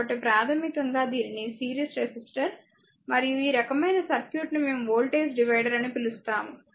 కాబట్టి ప్రాథమికంగా దీనిని సిరీస్ రెసిస్టర్ మరియు ఈ రకమైన సర్క్యూట్ ను మేము వోల్టేజ్ డివైడర్ అని పిలుస్తాము